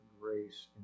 grace